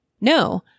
no